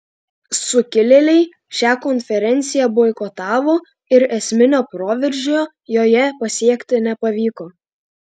sukilėliai šią konferenciją boikotavo ir esminio proveržio joje pasiekti nepavyko